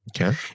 Okay